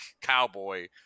cowboy